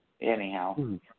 anyhow